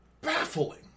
baffling